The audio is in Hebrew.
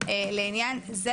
לעניין זה